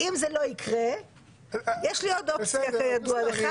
אם זה לא יקרה יש לי עוד אופציה כידוע לך,